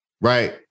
Right